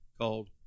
called